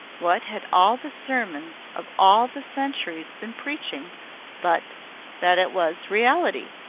what had all the sermons of all the centuries been preaching but that it was reality?